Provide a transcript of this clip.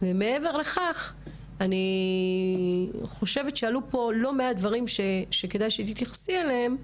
מעבר לכך אני חושבת שעלו פה לא מעט דברים שכדאי שתתייחסי אליהם,